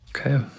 Okay